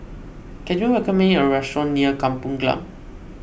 can you recommend me a restaurant near Kampung Glam